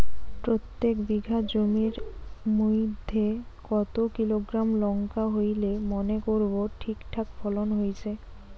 প্রত্যেক বিঘা জমির মইধ্যে কতো কিলোগ্রাম লঙ্কা হইলে মনে করব ঠিকঠাক ফলন হইছে?